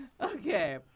okay